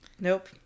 Nope